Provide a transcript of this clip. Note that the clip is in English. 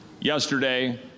Yesterday